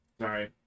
Sorry